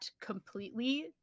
completely